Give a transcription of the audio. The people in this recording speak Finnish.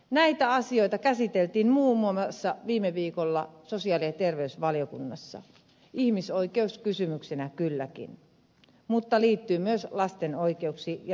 näitä asioita käsiteltiin muun muassa viime viikolla sosiaali ja terveysvaliokunnassa ihmisoikeuskysymyksinä kylläkin mutta se liittyy myös lasten oikeuksiin ja lastensuojeluun